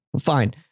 Fine